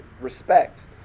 respect